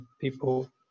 people